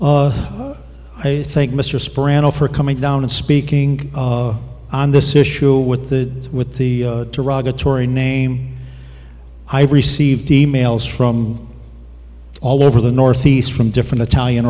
i think mr sparano for coming down and speaking on this issue with the with the derogatory name i've received e mails from all over the northeast from different italian